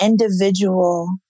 individual